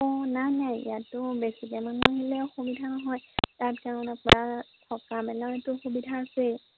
অঁ নাই নাই ইয়াতো বেছিকে মানুহ আহিলে অসুবিধা নহয় তাত কাৰণ আপোনাৰ থকা মেলাটো সুবিধা আছেই